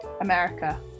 America